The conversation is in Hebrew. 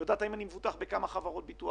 היא יודעת האם אני מבוטח בכמה חברות ביטוח,